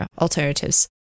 alternatives